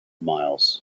miles